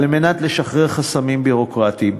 על מנת לשחרר חסמים ביורוקרטיים,